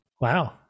Wow